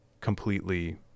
completely